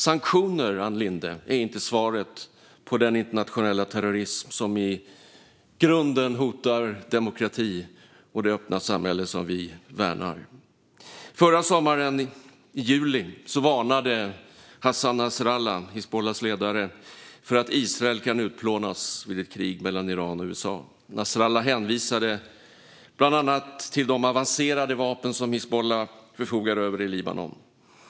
Sanktioner, Ann Linde, är inte svaret på den internationella terrorism som i grunden hotar demokrati och det öppna samhälle som vi värnar. Förra sommaren, i juli, varnade Hizbullahs ledare Hassan Nasrallah för att Israel kan utplånas vid ett krig mellan Iran och USA. Nasrallah hänvisade bland annat till de avancerade vapen som Hizbullah förfogar över i Libanon.